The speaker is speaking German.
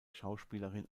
schauspielerin